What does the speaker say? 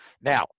Now